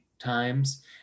times